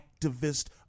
activist